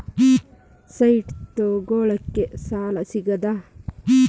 Site ತಗೋಳಿಕ್ಕೆ ಸಾಲಾ ಸಿಗ್ತದಾ?